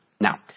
Now